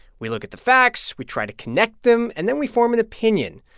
we look at the facts. we try to connect them, and then we form an opinion.